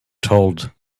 told